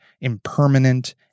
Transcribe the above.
impermanent